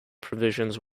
provisions